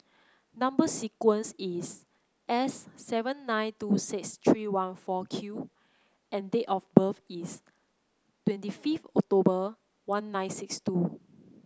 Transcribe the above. number sequence is S seven nine two six three one four Q and date of birth is twenty fifth October one nine six two